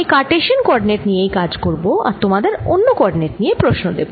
আমি Cartesian coordinate নিয়েই কাজ করব আর তোমাদের অন্য কোঅরডিনেট নিয়ে প্রশ্ন দেব